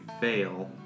fail